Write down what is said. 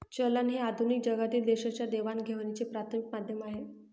चलन हे आधुनिक जगातील देशांच्या देवाणघेवाणीचे प्राथमिक माध्यम आहे